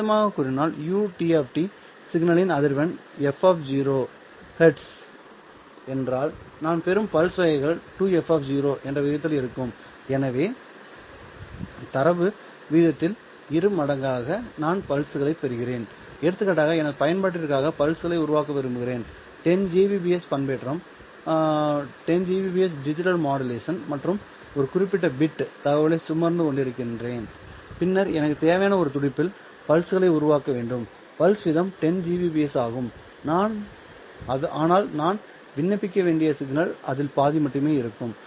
வேறுவிதமாகக் கூறினால் ud சிக்னலின் அதிர்வெண் f0 ஹெர்ட்ஸ் என்றால் நான் பெறும் பல்ஸ் வகைகள் 2f0 என்ற விகிதத்தில் இருக்கும் எனவே தரவு விகிதத்தில் இரு மடங்காக நான் பல்ஸ்களைப் பெறுகிறேன்எடுத்துக்காட்டாக எனது பயன்பாட்டிற்காக பல்ஸ்களை உருவாக்க விரும்புகிறேன் 10 Gbps பண்பேற்றம் 10 Gbps டிஜிட்டல் மாடுலேஷன் மற்றும் நான் ஒரு பிட் தகவலைச் சுமந்து கொண்டிருக்கிறேன் பின்னர் எனக்குத் தேவையான ஒரு துடிப்பில் பல்ஸ்களை உருவாக்க வேண்டும் பல்ஸ் வீதம் 10 Gbps ஆகும் ஆனால் நான் விண்ணப்பிக்க வேண்டிய சிக்னல் அதில் பாதி மட்டுமே இருக்கும்